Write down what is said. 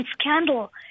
scandal